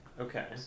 okay